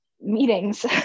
meetings